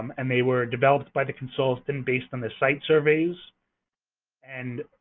um and they were developed by the consultant and based on the site surveys and